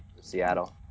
Seattle